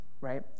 right